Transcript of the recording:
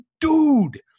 dude